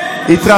וכן,